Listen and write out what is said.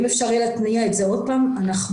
אם אפשר יהיה להתניע את זה עוד פעם אנחנו